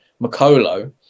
Makolo